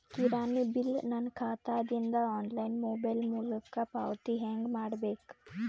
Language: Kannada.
ಕಿರಾಣಿ ಬಿಲ್ ನನ್ನ ಖಾತಾ ದಿಂದ ಆನ್ಲೈನ್ ಮೊಬೈಲ್ ಮೊಲಕ ಪಾವತಿ ಹೆಂಗ್ ಮಾಡಬೇಕು?